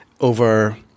over